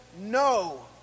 no